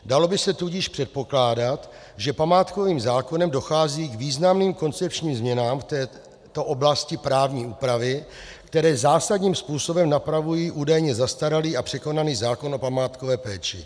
Dalo by se tudíž předpokládat, že památkovým zákonem dochází k významným koncepčním změnám v této oblasti právní úpravy, které zásadním způsobem napravují údajně zastaralý a překonaný zákon o památkové péči.